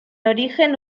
origen